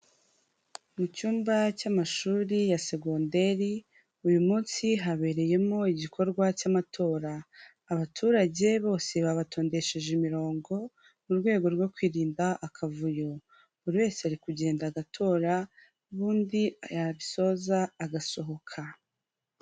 Mu cyumba cy'amashuri ya Segonderi, uyu munsi habereyemo igikorwa cy'amatora. Abaturage bose babatondesheje imirongo, mu rwego rwo kwirinda akavuyo, buri wese ari kugenda agatora, ubundi yabisoza agasohoka.